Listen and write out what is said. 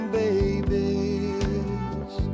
babies